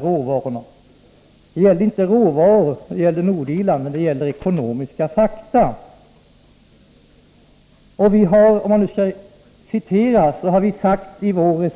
För Nordirlands del är det inte fråga om råvaror, men det gäller ekonomiska fakta. I vår reservation har vi sagt beträffande